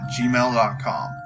gmail.com